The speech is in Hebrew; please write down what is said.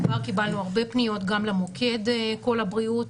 כבר קיבלנו הרבה פניות גם למוקד "קול הבריאות",